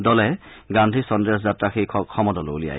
দলে গান্ধী সন্দেশ যাত্ৰা শীৰ্ষক সমদলো উলিয়াই